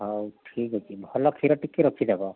ହଉ ଠିକ୍ ଅଛି ଭଲ କ୍ଷୀର ଟିକିଏ ରଖିଦେବ